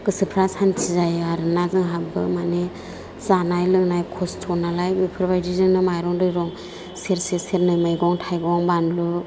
गोसोफ्रा सान्थि जायो आरोना जोंहाबो माने जानाय लोंनाय खस्त'नालाय बेफोरबायदिजोंनो माइरं दैरं सेरसे सेरनै मैगं थाइगं बानलु